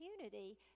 opportunity